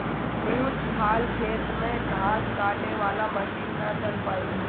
ऊंच खाल खेत में घास काटे वाला मशीन ना चल पाई